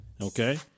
Okay